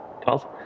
Twelve